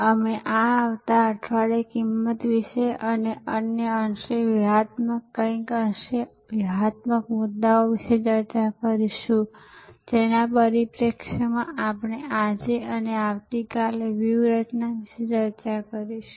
અમે આ આવતા અઠવાડિયે કિંમત વિશે અને અન્ય અંશે વ્યૂહાત્મક કંઈક અંશે વ્યૂહાત્મક મુદ્દાઓ વિશે ચર્ચા કરીશું જેના પરિપ્રેક્ષ્યમાં આપણે આજે અને આવતીકાલે વ્યૂહરચના વિશે ચર્ચા કરીશું